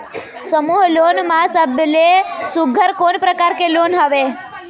समूह लोन मा सबले सुघ्घर कोन प्रकार के लोन हवेए?